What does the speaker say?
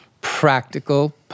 practical